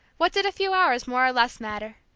what did a few hours, more or less, matter!